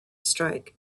strike